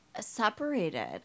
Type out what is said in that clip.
separated